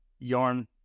yarn